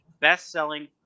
best-selling